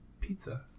pizza